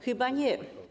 Chyba nie.